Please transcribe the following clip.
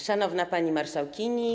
Szanowna Pani Marszałkini!